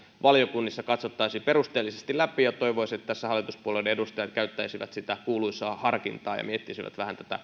valiokunnissa katsottaisiin perusteellisesti läpi ja toivoisin että tässä hallituspuolueiden edustajat käyttäisivät sitä kuuluisaa harkintaa ja miettisivät vähän tätä